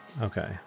Okay